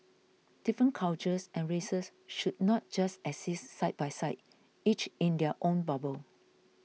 different cultures and races should not just exist side by side each in their own bubble